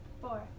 four